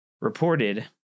reported